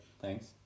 Thanks